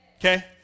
Okay